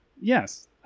Yes